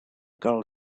girl